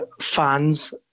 fans